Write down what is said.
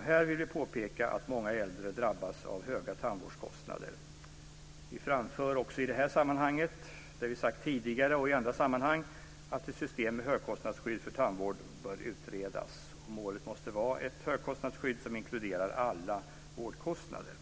Här vill vi påpeka att många äldre drabbas av höga tandvårdskostnader. Vi framför också i detta sammanhang - det har vi sagt tidigare och i andra sammanhang - att ett system med högkostnadsskydd för tandvård bör utredas. Målet måste vara ett högkostnadsskydd som inkluderar alla vårdkostnader.